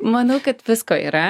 manau kad visko yra